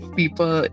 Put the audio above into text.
people